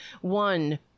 one